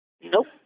Nope